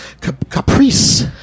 caprice